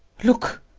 look!